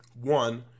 One